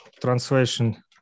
translation